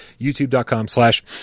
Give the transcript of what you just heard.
YouTube.com/slash